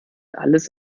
alles